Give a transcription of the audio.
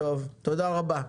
תודה רבה.